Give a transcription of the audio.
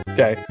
Okay